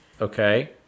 okay